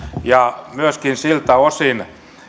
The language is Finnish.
ja siltä osin